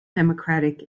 democratic